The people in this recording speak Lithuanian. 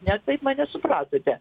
ne taip mane supratote